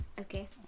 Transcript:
okay